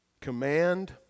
command